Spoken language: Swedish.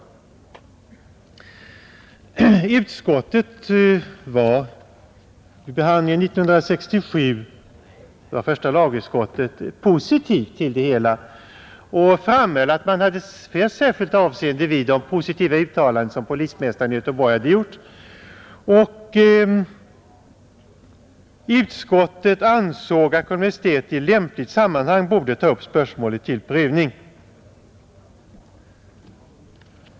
Första lagutskottet var vid behandlingen 1967 positivt till det hela och framhöll att man hade fäst särskilt avseende vid de positiva uttalanden som polismästaren i Göteborg hade gjort. Utskottet ansåg att Kungl. Maj:t i lämpligt sammanhang borde ta upp spörsmålet till prövning.